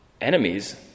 enemies